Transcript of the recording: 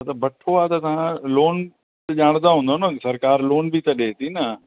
हा त भट्ठो आहे त तव्हां लोन ॼाणंदा हूंदा न सरकार लोन बि त ॾिए थी न